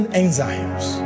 enzymes